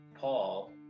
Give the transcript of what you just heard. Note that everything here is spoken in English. Paul